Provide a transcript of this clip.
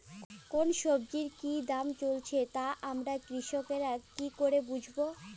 কোন সব্জির কি দাম চলছে তা আমরা কৃষক রা কি করে বুঝবো?